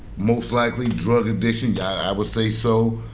most likely drug addiction, i would say so.